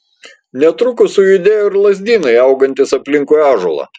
netrukus sujudėjo ir lazdynai augantys aplinkui ąžuolą